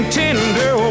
tender